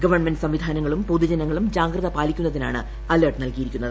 government സംവിധാനങ്ങളും പൊതുജനങ്ങളും ജാഗ്രത പാലിക്കുന്നതിനാണ് അലർട്ട് നൽകിയിരിക്കുന്നത്